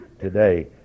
today